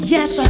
Yes